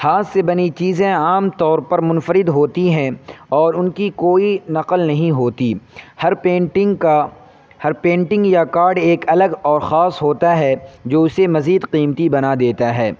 ہاتھ سے بنی چیزیں عام طور پر منفرد ہوتی ہیں اور ان کی کوئی نقل نہیں ہوتی ہر پینٹنگ کا ہر پینٹنگ یا کارڈ ایک الگ اور خاص ہوتا ہے جو اسے مزید قیمتی بنا دیتا ہے